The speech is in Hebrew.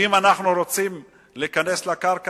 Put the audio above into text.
אם אנחנו רוצים להיכנס לקרקע,